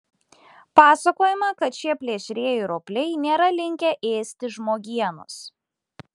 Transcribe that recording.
pasakojama kad šie plėšrieji ropliai nėra linkę ėsti žmogienos